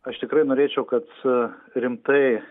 aš tikrai norėčiau kad rimtai